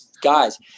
guys